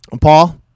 Paul